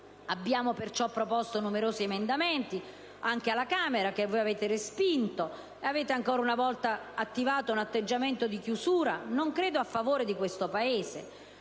abbiamo perciò proposto numerosi emendamenti anche alla Camera, che avete respinto, attivando ancora una volta un atteggiamento di chiusura, e non credo a favore del nostro Paese.